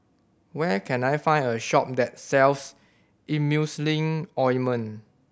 where can I find a shop that sells Emulsying Ointment